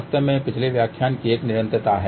वास्तव में यह पिछले व्याख्यान की एक निरंतरता है